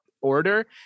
order